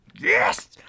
yes